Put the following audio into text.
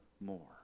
more